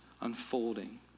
unfolding